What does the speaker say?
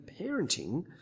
parenting